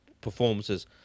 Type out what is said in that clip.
performances